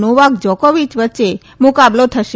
Novak Djokovic વચ્ચે મુકાબલો થશે